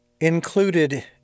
included